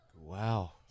Wow